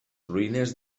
ruïnes